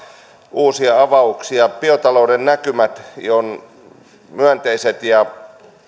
uusia avauksia biotalouden näkymät ovat myönteiset ja